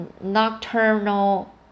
nocturnal